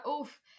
oof